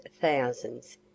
thousands